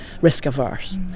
risk-averse